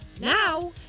Now